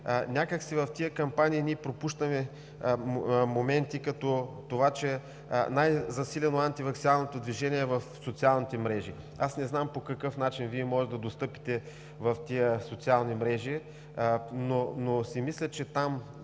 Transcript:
че в тези кампании ние пропускаме моменти като това, че най-засилено е антиваксиналното движение в социалните мрежи. Не знам по какъв начин Вие може да достигнете в тези социални мрежи, но си мисля, че там